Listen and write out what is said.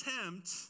attempt